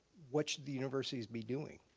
what should the universities be doing?